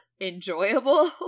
enjoyable